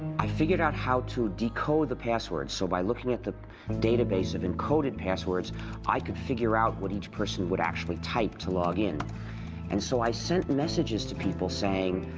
i figured out how to decode the passwords, so by looking at the database of encoded passwords i could figure out what each person would actually type to login and so i sent messages to people, saying,